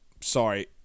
sorry